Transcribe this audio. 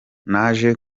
naje